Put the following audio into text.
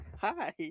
Hi